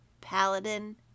paladin